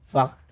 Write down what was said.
fuck